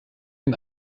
den